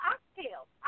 Oxtails